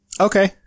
Okay